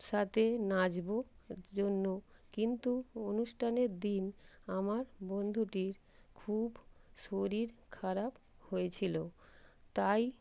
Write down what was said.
সাথে নাচব জন্য কিন্তু অনুষ্ঠানের দিন আমার বন্ধুটির খুব শরীর খারাপ হয়েছিল তাই